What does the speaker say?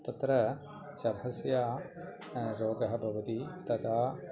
तत्र शफस्य रोगः भवति तथा